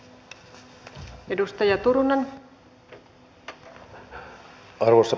arvoisa rouva puhemies